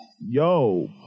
yo